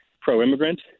pro-immigrant